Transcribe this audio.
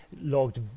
logged